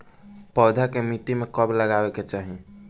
पौधा के मिट्टी में कब लगावे के चाहि?